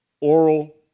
oral